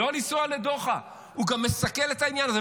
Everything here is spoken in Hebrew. לא לנסוע לדוחה, הוא גם מסכל את העניין הזה.